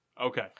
Okay